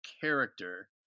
character